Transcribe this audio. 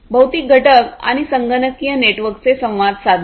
भौतिक घटक आणि संगणकीय नेटवर्कचे संवाद साधणे